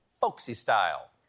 folksy-style